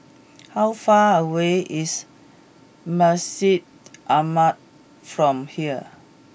how far away is Masjid Ahmad from here